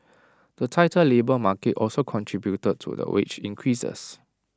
the tighter labour market also contributed to the wage increases